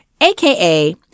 AKA